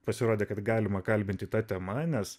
pasirodė kad galima kalbinti ta tema nes